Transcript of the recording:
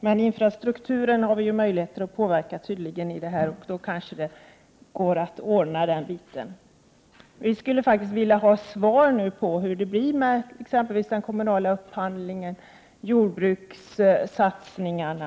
Det är emellertid tydligt att vi har möjlighet att påverka infrastrukturen, så det kanske går att ordna den saken. Vi skulle faktiskt vilja ha svar på hur det blir med t.ex. den kommunala upphandlingen och jordbrukssatsningarna.